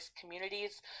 communities